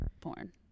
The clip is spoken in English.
porn